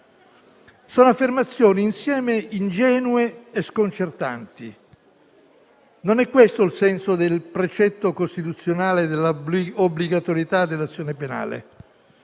Sono affermazioni insieme ingenue e sconcertanti. Non è questo il senso del precetto costituzionale dell'obbligatorietà dell'azione penale,